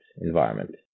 environment